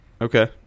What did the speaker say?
Okay